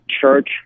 church